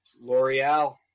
L'Oreal